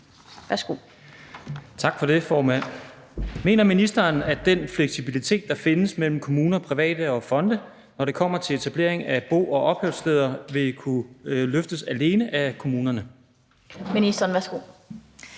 Karen Ellemann (V)): Mener ministeren, at den fleksibilitet, der i dag findes mellem kommuner, private og fonde, når det kommer til etablering af bo- og opholdssteder, vil kunne løftes alene af kommunerne? Den fg.